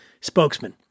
spokesman